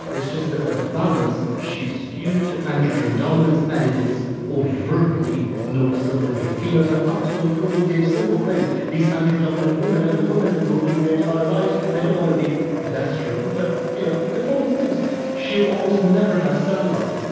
it's just that the balance, she is skewed to androgen-dominance, and it is overtly noticeable in her phenotype up to and including, dave, simple things. these andro-dominant women are the women that go through their entire lives. i don't want to be pedestrian, but they're you know important things she'll almost never have cellulite.